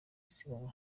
isiganwa